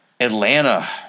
Atlanta